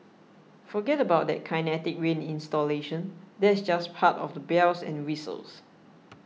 forget about that Kinetic Rain installation that's just part of the bells and whistles